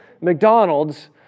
McDonald's